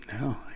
no